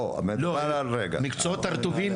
בארבעת המקצועות הרטובים